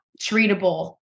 treatable